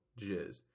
jizz